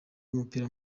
w’umupira